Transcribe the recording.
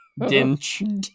Dinch